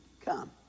come